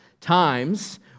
times